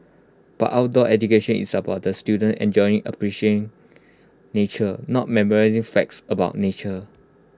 but outdoor education is about the students enjoying appreciating nature not memorising facts about nature